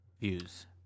views